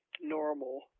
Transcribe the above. normal